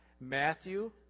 Matthew